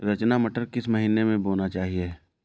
रचना मटर किस महीना में बोना चाहिए?